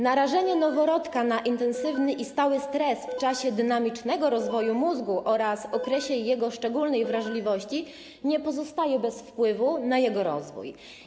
Narażenie noworodka na intensywny i stały stres w czasie dynamicznego rozwoju mózgu oraz w okresie jego szczególnej wrażliwości nie pozostaje bez wpływu na jego rozwój.